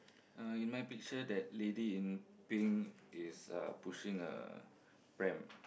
Uh in my picture that lady in pink is uh pushing a pram